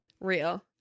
Real